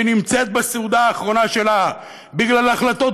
שנמצאת בסעודה האחרונה שלה בגלל החלטות